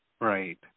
Right